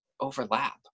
overlap